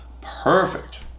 perfect